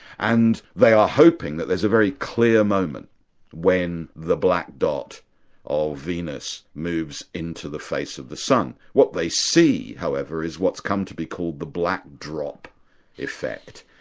and they are hoping that there's a very clear moment when the black dot of venus moves into the face of the sun. what they see, however, is what's come to be called the black drop effect,